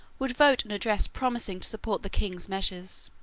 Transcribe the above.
would vote an address promising to support the king's measures.